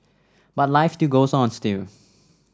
but life to goes on still